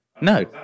No